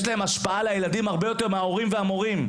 השפעה על הילדים הרבה יותר מההורים ומהמורים.